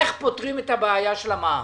איך פותרים את הבעיה של המע"מ.